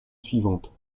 suivante